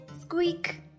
Squeak